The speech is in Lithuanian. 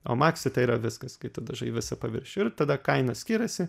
o maksi tai yra viskas kai tu dažai visą paviršių ir tada kaina skiriasi